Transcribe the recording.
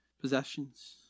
Possessions